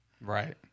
Right